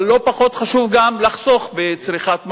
אבל לא פחות חשוב גם לחסוך בצריכת מים.